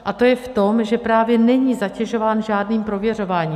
A to je v tom, že právě není zatěžován žádným prověřováním.